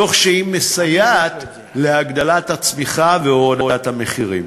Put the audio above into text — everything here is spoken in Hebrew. תוך שהיא מסייעת בהגדלת הצמיחה ובהורדת המחירים.